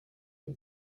for